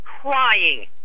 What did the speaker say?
crying